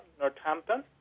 Northampton